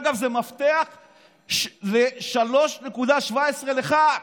דרך אגב, זה מפתח של 3.17 לח"כ,